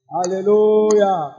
Hallelujah